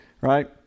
Right